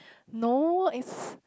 no it's